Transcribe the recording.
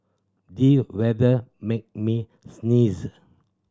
the weather made me sneeze